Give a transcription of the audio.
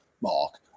mark